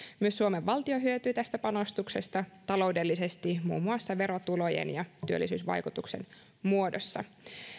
myös suomen valtio hyötyy tästä panostuksesta taloudellisesti muun muassa verotulojen ja työllisyysvaikutuksen muodossa